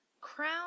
Crown